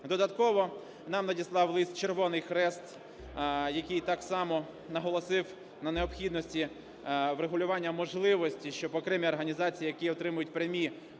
Додатково нам надіслав лист Червоний Хрест, який так само наголосив на необхідності врегулювання можливості, щоб окремі організації, які отримують прямі